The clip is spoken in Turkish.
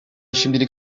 şimdilik